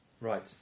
Right